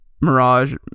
Mirage